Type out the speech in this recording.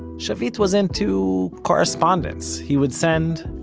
shavit was into, correspondence. he would send,